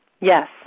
Yes